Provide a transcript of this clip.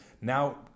now